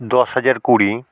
দশ হাজার কুড়ি